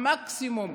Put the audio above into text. המקסימום